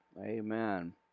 Amen